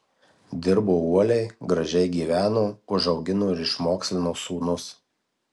dirbo uoliai gražiai gyveno užaugino ir išmokslino sūnus